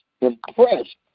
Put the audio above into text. impressed